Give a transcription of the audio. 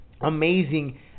amazing